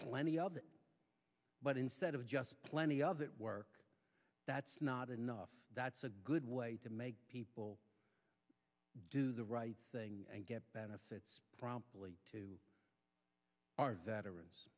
plenty of that but instead of just plenty of that work that's not enough that's a good way to make people do the right thing and get benefits probably to our veterans